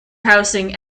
housing